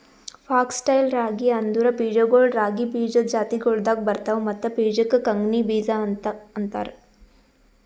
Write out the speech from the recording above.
fox tail ರಾಗಿ ಅಂದುರ್ ಬೀಜಗೊಳ್ ರಾಗಿ ಬೀಜದ್ ಜಾತಿಗೊಳ್ದಾಗ್ ಬರ್ತವ್ ಮತ್ತ ಬೀಜಕ್ ಕಂಗ್ನಿ ಬೀಜ ಅಂತಾರ್